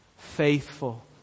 Faithful